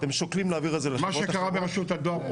מה שקרה ברשות הדואר,